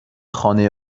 خانه